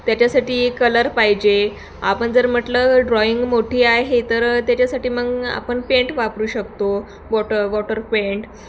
त्याच्यासाठी कलर पाहिजे आपण जर म्हटलं ड्रॉईंग मोठी आहे तर त्याच्यासाठी मग आपण पेंट वापरू शकतो वॉटर वॉटर पेंट